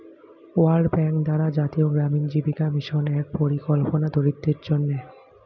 world bank দ্বারা জাতীয় গ্রামীণ জীবিকা মিশন এক পরিকল্পনা দরিদ্রদের জন্যে